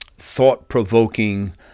thought-provoking